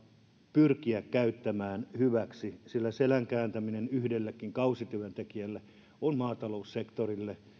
pyrkiä käyttämään hyväksi sillä selän kääntäminen yhdellekin kausityöntekijälle on maataloussektorille